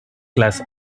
class